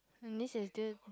this is d~